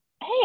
hey